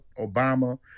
Obama